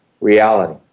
reality